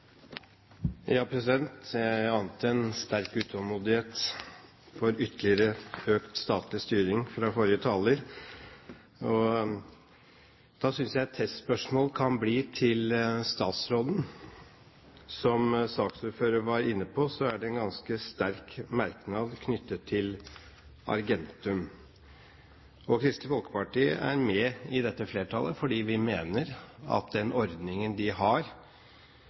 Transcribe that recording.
ante en sterk utålmodighet etter ytterligere økt statlig styring fra forrige taler. Da vil jeg komme med et testspørsmål til statsråden. Som saksordføreren var inne på, er det en ganske sterk merknad knyttet til Argentum. Kristelig Folkeparti er med i dette flertallet, fordi vi mener at den ordningen de har,